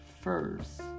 first